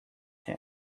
him